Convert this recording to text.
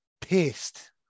pissed